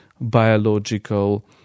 biological